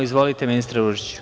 Izvolite, ministre Ružiću.